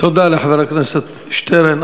תודה לחבר הכנסת שטרן.